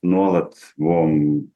nuolat buvom